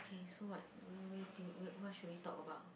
okay so what where where do you what what should we talk about